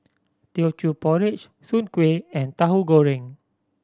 Teochew Porridge soon kway and Tahu Goreng